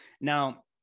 now